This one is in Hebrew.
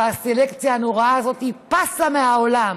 הסלקציה הנוראה הזאת פסה מהעולם,